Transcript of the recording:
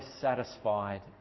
satisfied